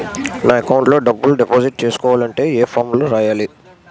నా అకౌంట్ లో డబ్బులు డిపాజిట్ చేసుకోవాలంటే ఏ ఫామ్ లో రాయాలి?